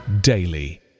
daily